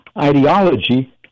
ideology